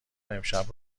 امشب